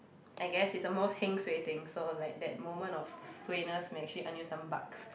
I guess it's the most heng suay thing so like that moment of suayness may actually earn you some bucks